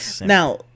now